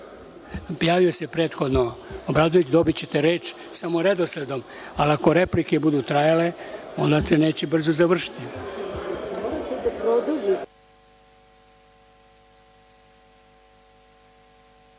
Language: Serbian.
javio.)Javio se prethodno Obradović, dobićete reč samo redosledom, ali ako replike budu trajale, onda se neće brzo